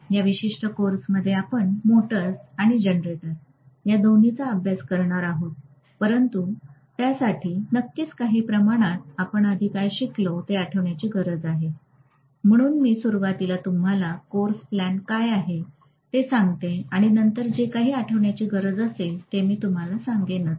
या विशिष्ट कोर्समध्ये आपण मोटर्स आणि जनरेटर दोन्ही चा अभ्यास करणार आहोत परंतु त्यासाठी नक्कीच काही प्रमाणात आधी काय शिकलो ते आठवण्याची गरज आहे म्हणून मी सुरुवातीला तुम्हाला कोर्स प्लॅन काय आहे ते सांगते आणि नंतर जे काही आठवण्याची गरज आहे ते मीतुम्हाला सांगेनच